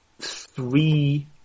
three